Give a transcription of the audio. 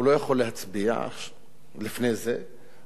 הוא לא יכול להצביע לפני זה,